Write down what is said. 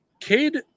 Cade